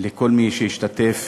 לכל מי שהשתתף